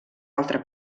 altre